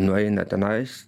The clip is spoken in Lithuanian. nueina tenais